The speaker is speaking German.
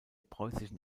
preußischen